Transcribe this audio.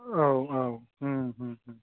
औ औ